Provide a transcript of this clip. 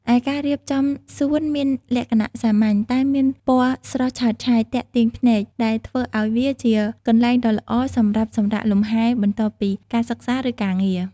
ឯការរៀបចំសួនមានលក្ខណៈសាមញ្ញ តែមានពណ៌ស្រស់ឆើតឆាយទាក់ទាញភ្នែក ដែលធ្វើឱ្យវាជាកន្លែងដ៏ល្អសម្រាប់សម្រាកលំហែបន្ទាប់ពីការសិក្សា ឬការងារ។